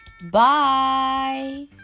bye